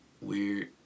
weird